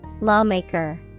Lawmaker